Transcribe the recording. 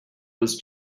was